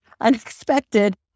unexpected